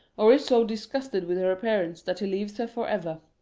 or is so disgusted with her appearance that he leaves her for ever.